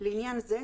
לעניין זה,